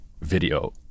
video